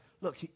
look